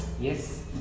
Yes